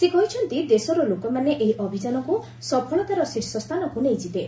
ସେ କହିଛନ୍ତି ଦେଶର ଲୋକମାନେ ଏହି ଅଭିଯାନକୁ ସଫଳତାର ଶୀର୍ଷ ସ୍ଥାନକ୍ ନେଇଯିବେ